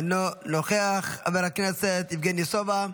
אינו נוכח, חבר הכנסת יבגני סובה,